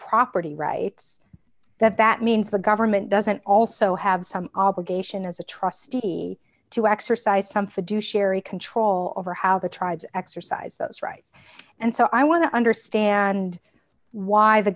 property rights that that means the government doesn't also have some obligation as a trustee to exercise some fiduciary control over how the tribes exercise those rights and so i want to understand why the